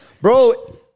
Bro